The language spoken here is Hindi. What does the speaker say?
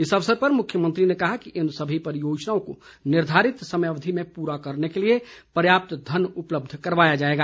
इस अवसर पर मुख्यमंत्री ने कहा कि इन सभी परियोजनाओं को निर्धारित समय अवधि में पूरा करने के लिए पर्याप्त धन उपलब्ध करवाया जाएगा